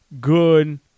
good